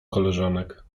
koleżanek